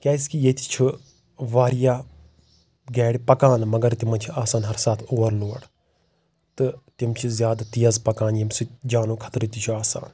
کیٛازِ کہ ییٚتہِ چھُ واریاہ گاڑِ پکان مگر تِمن چھ آسان ہر ساتہٕ اُور لوڈ تہٕ تِم چھ زیٛادٕ تیز پکان ییٚمہِ سۭتۍ جانُک خطرٕ تہِ چھُ آسان